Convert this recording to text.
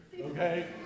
okay